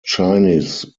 chinese